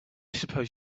suppose